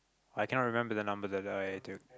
I can't remember the number that I took